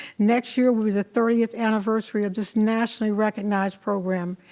next year will be the thirtieth anniversary of this nationally recognized program.